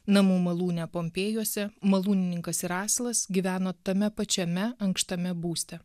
namų malūne pompėjose malūnininkas ir asilas gyveno tame pačiame ankštame būste